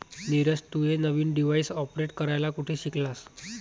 नीरज, तू हे नवीन डिव्हाइस ऑपरेट करायला कुठे शिकलास?